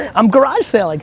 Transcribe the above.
i'm garage sailing.